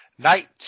Night